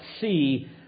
see